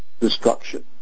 destruction